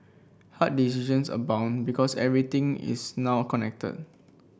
hard decisions abound because everything is now connected